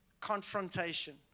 confrontation